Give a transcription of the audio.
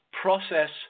process